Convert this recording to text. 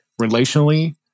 relationally